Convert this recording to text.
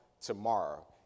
tomorrow